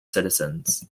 citizens